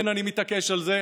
כן, אני מתעקש על זה.